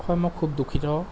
হয় মই খুব দুখিত